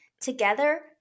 Together